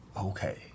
Okay